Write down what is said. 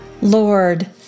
Lord